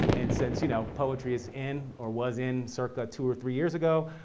and since you know poetry is in, or was in circa two or three years ago,